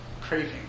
craving